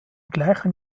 gleichen